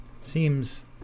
seems